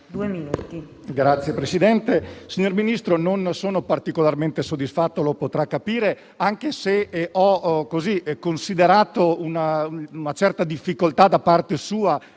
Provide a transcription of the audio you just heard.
signor Ministro, non sono particolarmente soddisfatto - lo potrà capire - anche se ho considerato una certa difficoltà da parte sua,